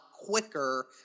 quicker